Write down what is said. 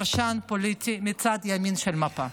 עמ' 89, פרשן פוליטי מהצד הימני של המפה.